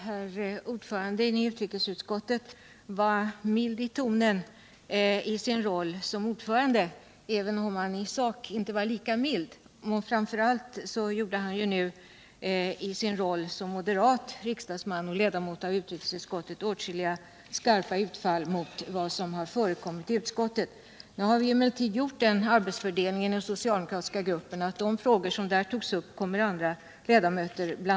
Herr talman! Herr ordföranden i utrikesutskottet var mild i tonen i sin roll som ordförande, men i sak var han inte lika mild. Framför allt gjorde han i sin roll som moderat riksdagsman och ledamot av utrikesutskottet åtskilliga skarpa utfall mot vad som har förekommit i utskottet. I den socialdemokratiska gruppen har vi emellertid gjort den arbetsfördelningen att de frågor som togs upp i utskottet kommer att beröras närmare av andra ledamöter.